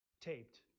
Taped